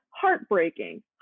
Heartbreaking